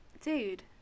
dude